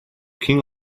king